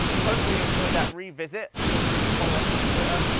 well hopefully you enjoyed that revisit. feel free to follow us on twitter,